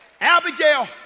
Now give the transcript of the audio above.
Abigail